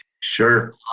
Sure